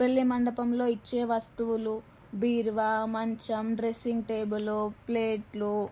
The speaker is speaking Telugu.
పెళ్ళి మండపంలో ఇచ్చే వస్తువులు బీరువా మంచం డ్రెస్సింగ్ టేబుల్ ప్లేట్లు